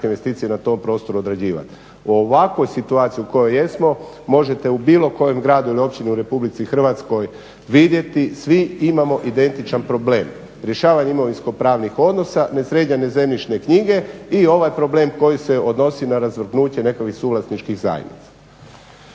U ovakvoj situaciji u kojoj jesmo možete u bilo kojem gradu ili općini u Republici Hrvatskoj vidjeti svi imamo identičan problem, rješavanje imovinskopravnih odnosa, nesređene zemljišne knjige i ovaj problem koji se odnosi na razvrgnuće nekakvih suvlasničkih zajednica.